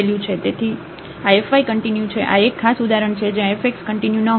તેથી તેથી આ f y કંટીન્યુ છે આ એક ખાસ ઉદાહરણ છે જ્યાં fx કંટીન્યુ ન હતું અને હવે f y કંટીન્યુ છે